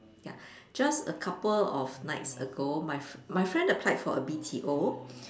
ya just a couple of nights ago my my friend applied for a B_T_O